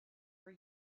were